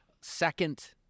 second